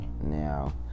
Now